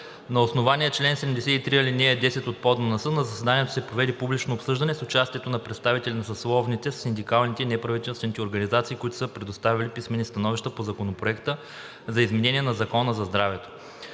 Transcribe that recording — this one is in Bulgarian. На основание чл. 73, ал. 10 от ПОДНС на заседанието се проведе публично обсъждане с участието на представители на съсловните, синдикалните и неправителствените организации, които са предоставили писмени становища по Законопроекта за изменение на Закона за здравето.